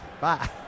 Bye